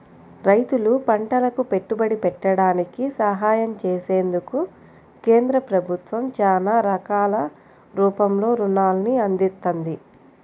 రైతులు పంటలకు పెట్టుబడి పెట్టడానికి సహాయం చేసేందుకు కేంద్ర ప్రభుత్వం చానా రకాల రూపంలో రుణాల్ని అందిత్తంది